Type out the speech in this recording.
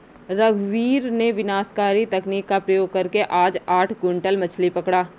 रघुवीर ने विनाशकारी तकनीक का प्रयोग करके आज आठ क्विंटल मछ्ली पकड़ा